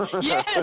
Yes